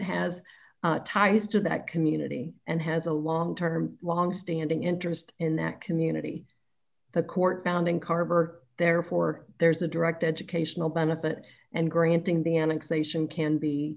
has ties to that community and has a long term longstanding interest in that community the court found in carver therefore there's a direct educational benefit and granting